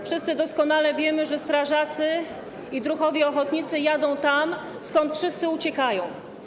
Wszyscy doskonale wiemy, że strażacy i druhowie ochotnicy jadą tam, skąd wszyscy uciekają.